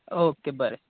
okay बरें